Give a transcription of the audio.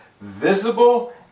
visible